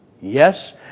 Yes